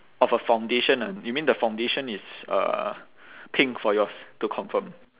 of a foundation ah you mean the foundation is uh pink for yours to confirm